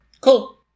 Cool